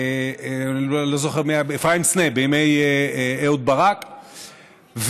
אפרים סנה בימי אהוד ברק,